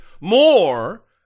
more